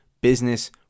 business